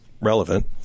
relevant